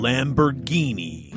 Lamborghini